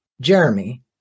Jeremy